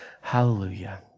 Hallelujah